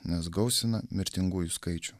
nes gausina mirtingųjų skaičių